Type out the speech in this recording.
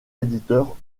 éditeurs